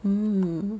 mm